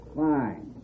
fine